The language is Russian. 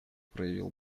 проявил